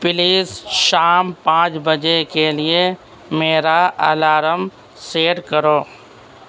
please شام پانچ بجے کے لیے میرا الارم سیٹ کرو